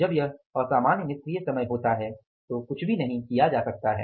जब यह असामान्य निष्क्रिय समय होता है तो कुछ भी नहीं किआ जा सकता है